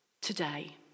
today